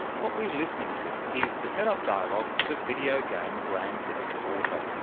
what we're listening to is the set-up dialogue for the video game grand theft auto,